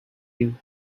you